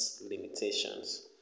limitations